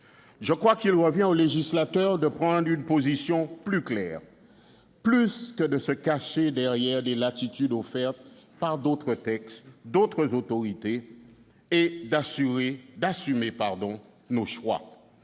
Je crois qu'il revient au législateur de prendre une position plus claire, plutôt que de se cacher derrière les latitudes offertes par d'autres textes, d'autres autorités, et d'assumer ses choix.